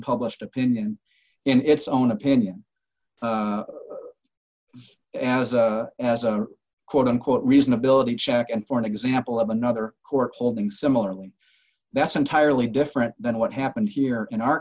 unpublished opinion in its own opinion as a as a quote unquote reasonability check and for an example of another court holding similarly that's entirely different than what happened here in our